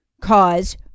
Cause